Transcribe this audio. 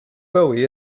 bowie